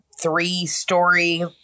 three-story